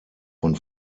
von